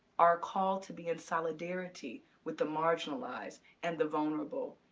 our call to be in solidarity with the marginalized and the vulnerable,